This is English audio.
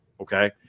Okay